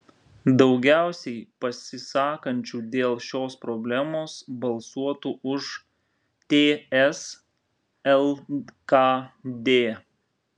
daugiausiai pasisakančių dėl šios problemos balsuotų už ts lkd